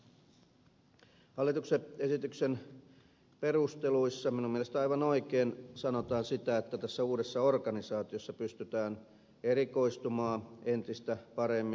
hallituksen esityksen perusteluissa minun mielestäni aivan oikein sanotaan että tässä uudessa organisaatiossa pystytään erikoistumaan entistä paremmin